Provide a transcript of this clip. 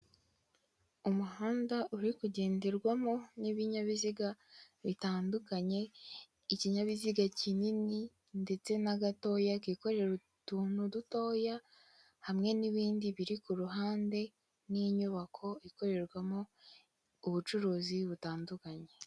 Umuhanda uri kugenderwamo n'ibinyabiziga bitandukanye, ikinyabiziga kinini ndetse na gatoya kikorera utuntu dutoya, hamwe n'ibindi biri ku ruhande, ni inyubako ikorerwamo ubucuruzi butandukanye,